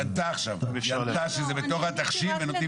היא ענתה עכשיו.